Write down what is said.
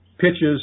pitches